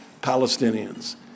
Palestinians